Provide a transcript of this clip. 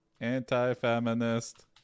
anti-feminist